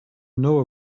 know